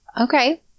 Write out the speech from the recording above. okay